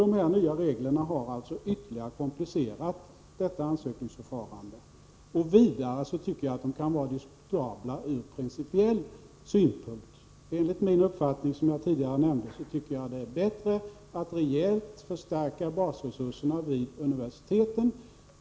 De nya reglerna har ytterligare komplicerat detta ansökningsförfarande. Vidare tycker jag att reglerna är diskutabla ur principiell synpunkt. Som jag nämnde tidigare vore det bättre att rejält förstärka basresurserna vid universiteten.